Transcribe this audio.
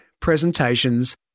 presentations